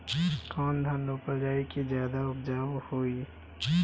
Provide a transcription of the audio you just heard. कौन धान रोपल जाई कि ज्यादा उपजाव होई?